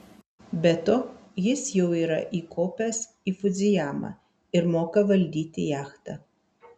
be to jis jau yra įkopęs į fudzijamą ir moka valdyti jachtą